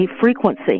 frequency